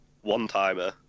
one-timer